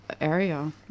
area